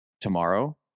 tomorrow